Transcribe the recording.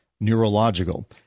neurological